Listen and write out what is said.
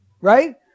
right